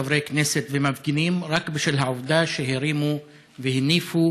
חברי כנסת ומפגינים רק בשל העובדה שהרימו והניפו